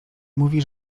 mówi